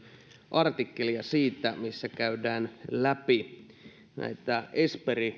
artikkelia missä käydään läpi näitä esperi